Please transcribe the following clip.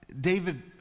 David